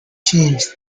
changed